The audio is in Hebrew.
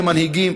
כמנהיגים,